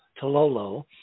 Tololo